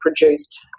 produced